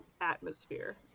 atmosphere